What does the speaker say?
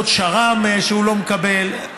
ועוד שר"ם שהוא לא מקבל.